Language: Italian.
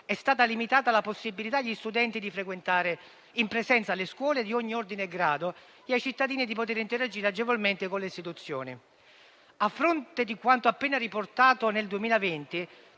È stata limitata la possibilità per gli studenti di frequentare in presenza le scuole di ogni ordine e grado e per i cittadini di poter interagire agevolmente con le istituzioni. A fronte di quanto appena riportato sul 2020,